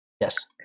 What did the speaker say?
Yes